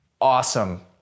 awesome